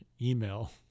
email